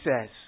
says